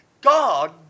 God